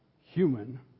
human